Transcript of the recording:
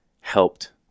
helped